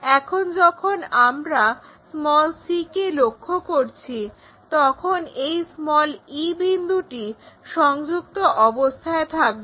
এখন যখন আমরা c কে লক্ষ্য করছি তখন এই e বিন্দুটি সংযুক্ত অবস্থায় থাকবে